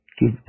Give